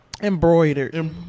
Embroidered